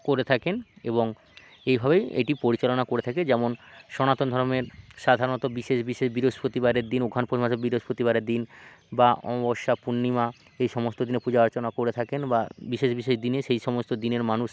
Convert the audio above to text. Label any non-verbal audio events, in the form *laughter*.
করে থাকেন এবং এইভাবেই এটি পরিচালনা করে থাকে যেমন সনাতন ধর্মের সাধারণত বিশেষ বিশেষ বৃহস্পতিবারের দিন ওখান *unintelligible* মাসে বৃহস্পতিবারের দিন বা অমাবস্যা পূর্ণিম এই সমস্ত দিনে পূজা আর্চনা করে থাকেন বা বিশেষ বিশেষ দিনে সেই সমস্ত দিনের মানুষ